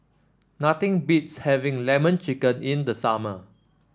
nothing beats having lemon chicken in the summer